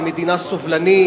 היא מדינה סובלנית.